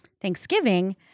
Thanksgiving